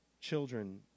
children